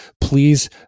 please